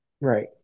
Right